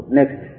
Next